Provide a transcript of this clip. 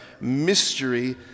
mystery